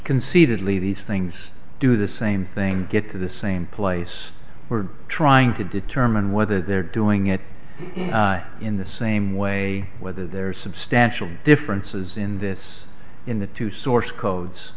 concededly these things do the same thing get to the same place we're trying to determine whether they're doing it in the same way whether there are substantial differences in this in the two source codes